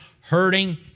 hurting